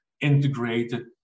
integrated